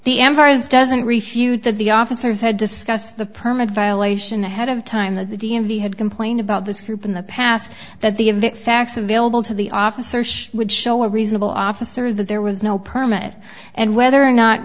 is doesn't refute that the officers had discussed the permit violation ahead of time that the d m v had complained about this group in the past that the event facts available to the officer would show a reasonable officer that there was no permit and whether or not